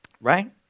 Right